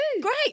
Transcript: Great